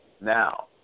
now